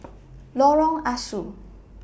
Lorong Ah Soo